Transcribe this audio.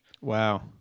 Wow